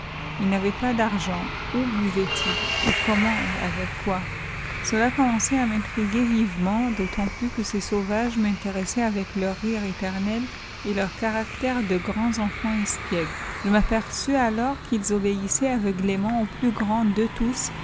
ils n'avaient pas d'argent où buvaient ils et comment et avec quoi cela commençait à m'intriguer vivement d'autant plus que ces sauvages m'intéressaient avec leur rire éternel et leur caractère de grands enfants espiègles je m'aperçus alors qu'ils obéissaient aveuglément au plus grand d'eux tous